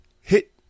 hit